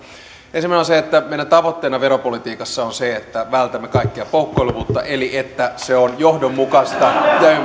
ensimmäinen on se että meidän tavoitteena veropolitiikassa on se että vältämme kaikkea poukkoilevuutta eli että se on johdonmukaista ja ymmärrettävää